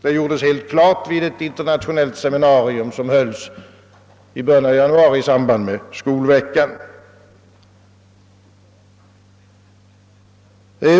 Detta gjordes helt klart vid ett internationellt seminarium som hölls i samband med skolveckan i början av januari.